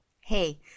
Hey